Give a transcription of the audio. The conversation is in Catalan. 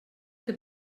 que